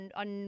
on